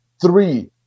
Three